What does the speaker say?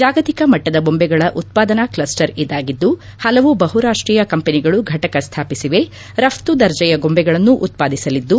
ಜಾಗತಿಕ ಮಟ್ಟದ ಬೊಂಬೆಗಳ ಉತ್ಪಾದನಾ ಕ್ಷಸ್ಸರ್ ಇದಾಗಿದ್ದು ಹಲವು ಬಹುರಾಷ್ಟೀಯ ಕಂಪನಿಗಳು ಘಟಕ ಸ್ಥಾಪಿಸಿವೆ ರಪ್ತು ದರ್ಜೆಯ ಗೊಂಬೆಗಳನ್ನು ಉತ್ಪಾದಿಸಲಿದ್ದು